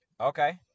okay